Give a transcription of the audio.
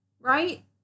right